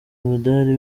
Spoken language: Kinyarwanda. umudari